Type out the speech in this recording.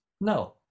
No